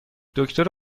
دکتر